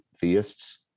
theists